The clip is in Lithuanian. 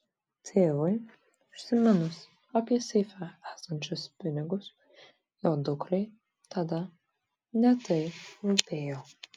tėvui užsiminus apie seife esančius pinigus jo dukrai tada ne tai rūpėjo